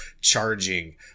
charging